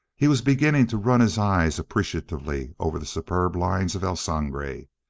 he was beginning to run his eyes appreciatively over the superb lines of el sangre.